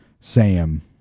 Sam